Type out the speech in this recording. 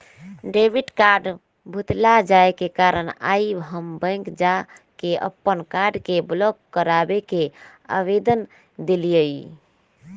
debit card भुतला जाय के कारण आइ हम बैंक जा कऽ अप्पन कार्ड के ब्लॉक कराबे के आवेदन देलियइ